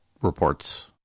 reports